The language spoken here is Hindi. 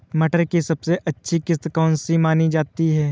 मटर की सबसे अच्छी किश्त कौन सी मानी जाती है?